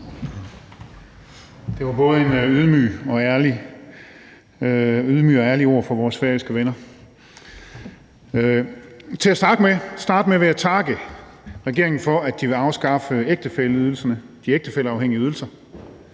Det var både ydmyge og ærlige ord fra vores færøske venner. Til at starte med vil jeg takke regeringen for, at de vil afskaffe de ægtefælleafhængige ydelser